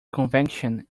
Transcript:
convection